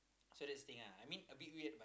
so that's the thing ah I mean a bit weird but